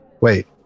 Wait